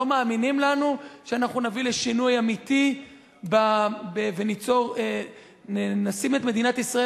לא מאמינים לנו שאנחנו נביא לשינוי אמיתי ונשים את מדינת ישראל